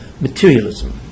Materialism